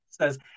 says